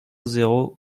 zéro